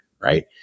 Right